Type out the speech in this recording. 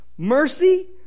mercy